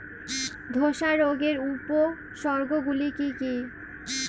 ধসা রোগের উপসর্গগুলি কি কি?